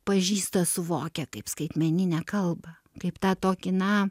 pažįsta suvokia kaip skaitmeninę kalbą kaip tą tokį na